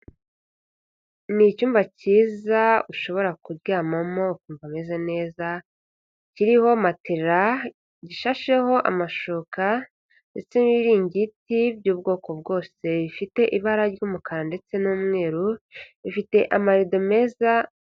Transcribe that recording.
Ni icyumba cyiza ushobora kuryamamo ukumva umeze neza, kiriho matera gishasheho amashuka ndetse n'ibiringiti by'ubwoko bwose, bifite ibara ry'umukara ndetse n'umweru bifite amarido meza...